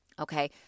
Okay